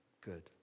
Good